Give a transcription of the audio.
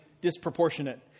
disproportionate